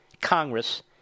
Congress